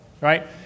right